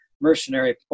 mercenary